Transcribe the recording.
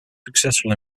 successful